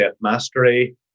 mastery